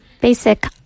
basic